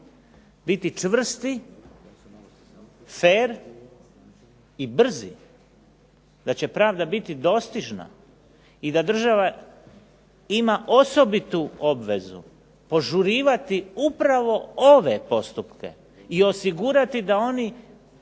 biti čvrsti, fer i brzi, da će pravda biti dostižna i da država ima osobitu obvezu požurivati upravo ove postupke i osigurati oni